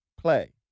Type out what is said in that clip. Play